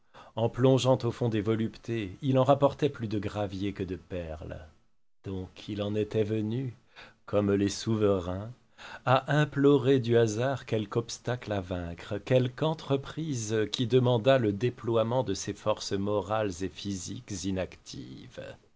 en plongeant au fond des voluptés il en rapportait plus de gravier que de perles donc il en était venu comme les souverains à implorer du hasard quelque obstacle à vaincre quelque entreprise qui demandât le déploiement de ses forces morales et physiques inactives